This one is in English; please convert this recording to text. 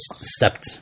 stepped